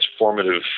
transformative